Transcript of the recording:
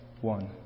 one